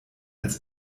als